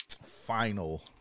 final